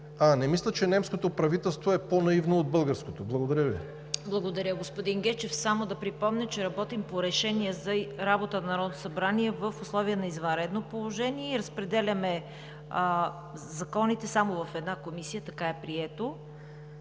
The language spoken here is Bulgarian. А не мисля, че немското правителство е по-наивно от българското. Благодаря Ви. ПРЕДСЕДАТЕЛ ЦВЕТА КАРАЯНЧЕВА: Благодаря, господин Гечев. Само да припомня, че работим по Решение за работата на Народното събрание в условия на извънредно положение и разпределяме законите само в една комисия – така е възприето